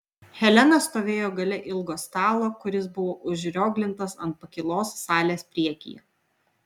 helena stovėjo gale ilgo stalo kuris buvo užrioglintas ant pakylos salės priekyje